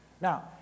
Now